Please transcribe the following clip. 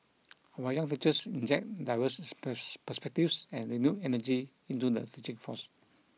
our young teachers inject diverse perspectives and renewed energy into the teaching force